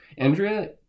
andrea